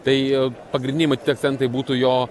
tai pagrindiniai matyt akcentai būtų jo